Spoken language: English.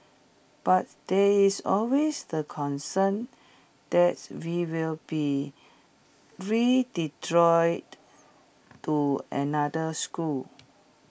but there is always the concern that we will be to another school